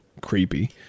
creepy